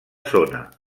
zona